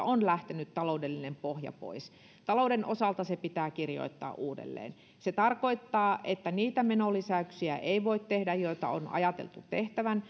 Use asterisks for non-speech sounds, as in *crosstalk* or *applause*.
*unintelligible* on lähtenyt taloudellinen pohja pois talouden osalta se pitää kirjoittaa uudelleen se tarkoittaa että niitä menolisäyksiä ei voi tehdä joita on ajateltu tehtävän *unintelligible*